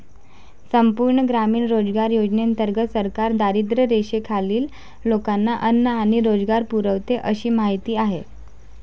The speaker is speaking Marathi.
संपूर्ण ग्रामीण रोजगार योजनेंतर्गत सरकार दारिद्र्यरेषेखालील लोकांना अन्न आणि रोजगार पुरवते अशी माहिती आहे